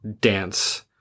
dance